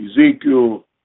Ezekiel